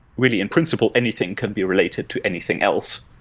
really, in principle, anything can be related to anything else,